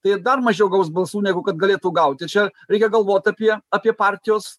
tai jie dar mažiau gaus balsų negu kad galėtų gauti čia reikia galvot apie apie partijos